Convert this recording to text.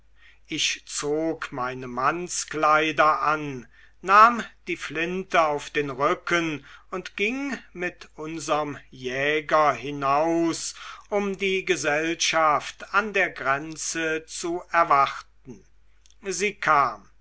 ich zog meine mannskleider an nahm die flinte auf den rücken und ging mit unserm jäger hinaus um die gesellschaft an der grenze zu erwarten sie kam